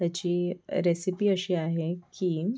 त्याची रेसिपी अशी आहे की